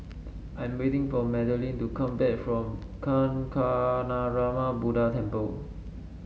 I'm waiting for Madelynn to come back from Kancanarama Buddha Temple